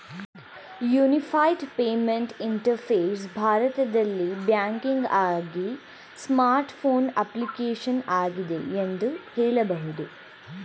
unified payment interface ಭಾರತದಲ್ಲಿ ಬ್ಯಾಂಕಿಂಗ್ಆಗಿ smart phone application ಆಗಿದೆ ಎಂದು ಹೇಳಬಹುದು